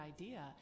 idea